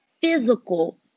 physical